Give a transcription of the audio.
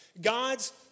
God's